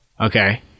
Okay